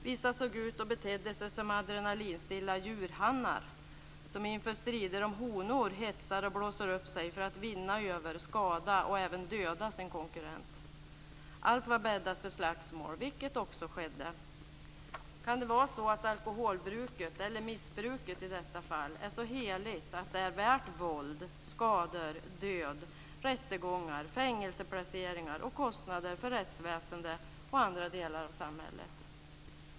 Vissa såg ut och betedde sig som adrenalinstinna djurhannar som inför strider om honor hetsar och blåser upp sig för att vinna över, skada och även döda sin konkurrent. Allt var bäddat för slagsmål, vilket också skedde. Kan det vara så att alkoholbruket, eller missbruket i detta fall, är så heligt att det är värt våld, skador, död, rättegångar, fängelseplaceringar och kostnader för rättsväsende och andra delar av samhället?